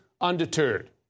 undeterred